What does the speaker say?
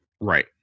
Right